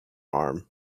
arm